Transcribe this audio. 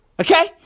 Okay